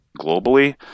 globally